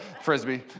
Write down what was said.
Frisbee